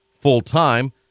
full-time